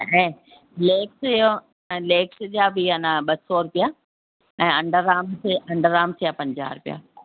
ऐं लैग्स जो ऐं लैग्स जा बि आहे न ॿ सौ रुपिया ऐं अंडर आर्म्स अंडर आर्म्स जा पंजाह रुपिया